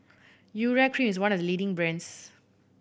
Urea Cream is one of the leading brands